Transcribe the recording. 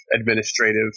administrative